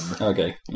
okay